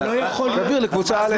תעביר לקבוצה א'.